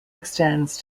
extends